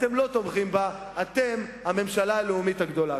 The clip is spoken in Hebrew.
אתם לא תומכים בה, אתם, הממשלה הלאומית הגדולה.